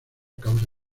causa